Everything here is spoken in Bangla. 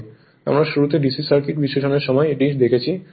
আমরা শুরুতে ডিসি সার্কিট বিশ্লেষণের সময় এটি দেখেছি